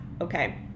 Okay